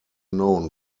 known